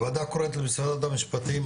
הוועדה קוראת למשרד המשפטים,